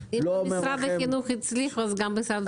אם משרד החינוך הצליחו, גם משרד התחבורה יכולים.